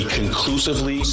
conclusively